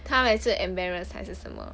她还是 embarrass 还是什么